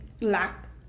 lack